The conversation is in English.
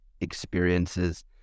experiences